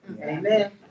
Amen